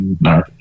no